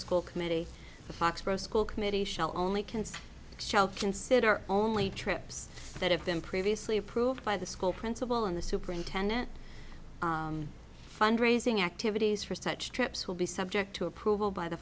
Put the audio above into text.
school committee foxborough school committee shall only consider shall consider only trips that have been previously approved by the school principal and the superintendent fund raising activities for such trips will be subject to approval by the